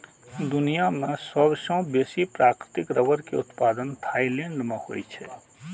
दुनिया मे सबसं बेसी प्राकृतिक रबड़ के उत्पादन थाईलैंड मे होइ छै